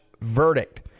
verdict